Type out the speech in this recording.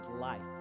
life